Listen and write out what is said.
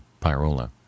pyrola